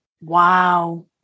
Wow